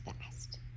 fast